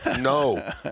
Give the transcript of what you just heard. no